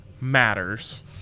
matters